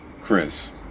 Chris